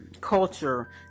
Culture